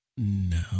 No